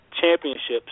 championships